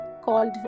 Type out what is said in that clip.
called